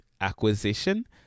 Acquisition